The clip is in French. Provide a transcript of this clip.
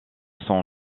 son